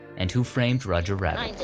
and who framed roger rabbit.